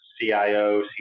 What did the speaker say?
CIO